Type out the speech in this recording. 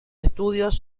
estudios